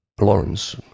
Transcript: Lawrence